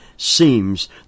Seems